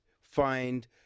find